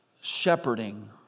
shepherding